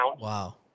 Wow